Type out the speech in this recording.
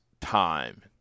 time